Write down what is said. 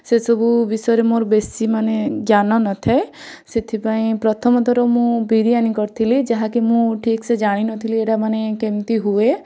ସେସବୁ ବିଷୟରେ ମୋର ବେଶୀ ମାନେ ଜ୍ଞାନ ନଥାଏ ସେଥିପାଇଁ ପ୍ରଥମ ଥର ମୁଁ ବିରିୟାନୀ କରିଥିଲି ଯାହାକି ମୁଁ ଠିକ୍ସେ ଜାଣିନଥିଲି ଏଇଟା ମାନେ କେମିତି ହୁଏ